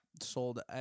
sold